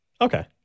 Okay